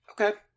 okay